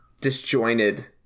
disjointed